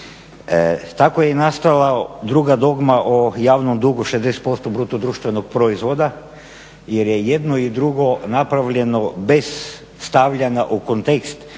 Tako je i nastala druga dogma o javnom dugu 60% bruto društvenog proizvoda jer je jedno i drugo napravljeno bez stavljanja u kontekst